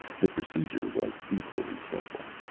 the procedure was equally simple.